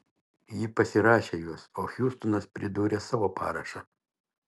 ji pasirašė juos o hjustonas pridūrė savo parašą